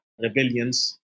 rebellions